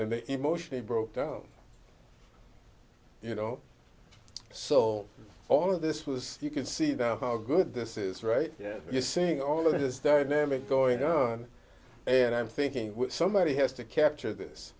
they emotionally broke down you know so all of this was you can see the how good this is right you're saying all of this dynamic going on and i'm thinking somebody has to capture this